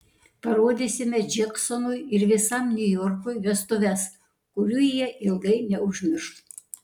parodysime džeksonui ir visam niujorkui vestuves kurių jie ilgai neužmirš